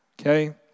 Okay